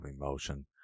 emotion